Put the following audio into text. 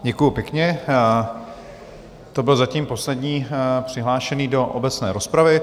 Děkuju pěkně, to byl zatím poslední přihlášený do obecné rozpravy.